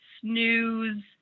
snooze